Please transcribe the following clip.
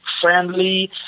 Friendly